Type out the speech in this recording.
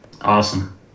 Awesome